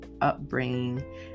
upbringing